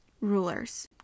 rulers